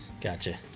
Gotcha